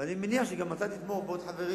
ואני מניח שגם אתה תתמוך ועוד חברים